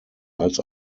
als